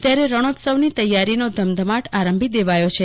ત્યારે રણોત્સવની તૈયારીનો ધમધમાટ આરંભી દેવાયો છે